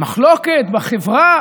מחלוקת בחברה